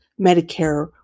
Medicare